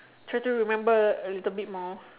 try to remember a little bit more